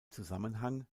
zusammenhang